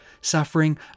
suffering